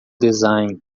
design